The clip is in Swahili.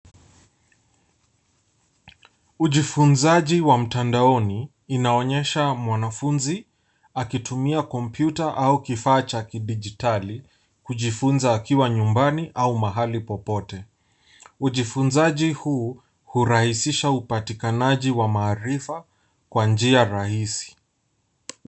Ujifunzaji wa mtandaoni inaonyesha mwanafunzi akitumia kompyuta au kifaa cha kidijitaki kujifunza akiwa nyumbani au mahali popote. Ujifunzaji huu hurahisisha upatikanaji wa maarifa kwa njia rahisi.